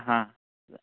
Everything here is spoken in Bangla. হাঁ